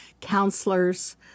counselors